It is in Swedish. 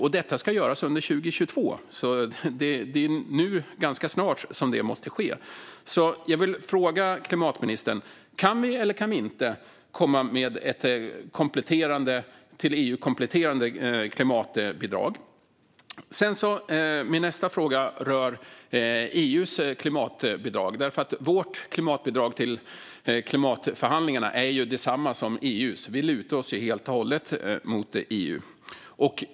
Och detta ska göras under 2022, så det är ganska snart det måste ske! Jag vill därför fråga klimatministern: Kan vi eller kan vi inte komma med ett till EU kompletterande klimatbidrag? Min nästa fråga rör EU:s klimatbidrag. Sveriges klimatbidrag till klimatförhandlingarna är ju detsamma som EU:s. Vi lutar oss helt och hållet mot EU.